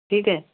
ठीक है